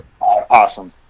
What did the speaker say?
Awesome